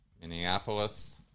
Minneapolis